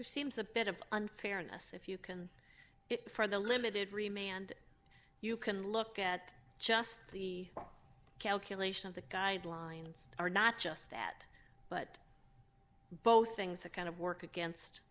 seems a bit of unfairness if you can for the limited remain and you can look at just the calculation of the guidelines are not just that but both things the kind of work against